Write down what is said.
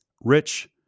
Rich